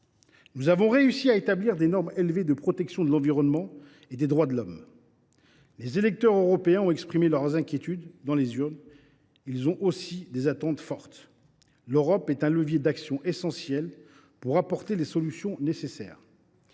Nous avons réussi à établir des normes élevées de protection de l’environnement et des droits de l’homme. Les électeurs européens, qui ont exprimé leurs inquiétudes dans les urnes, ont aussi des attentes fortes. L’Union européenne est un levier d’actions essentiel pour apporter les solutions nécessaires.